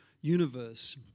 universe